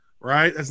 right